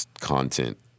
content